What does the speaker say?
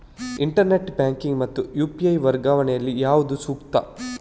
Internet banking ಮತ್ತು UPI ವರ್ಗಾವಣೆ ಯಲ್ಲಿ ಯಾವುದು ಸೂಕ್ತ?